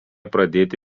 pradėti